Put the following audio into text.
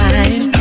Time